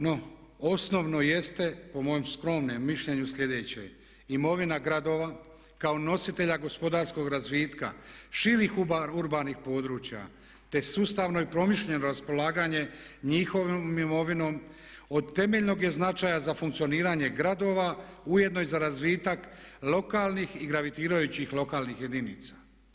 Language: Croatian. No, osnovno jeste, po mom skromnom mišljenju, sljedeće, imovina gradova kao nositelja gospodarskog razvitka širih urbanih područja te sustavno i promišljeno raspolaganje njihovom imovinom od temeljnog je značaja za funkcioniranje gradova ujedno i za razvitak lokalnih i gravitirajućih lokalnih jedinica.